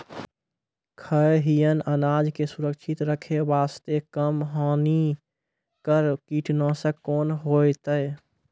खैहियन अनाज के सुरक्षित रखे बास्ते, कम हानिकर कीटनासक कोंन होइतै?